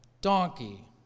donkey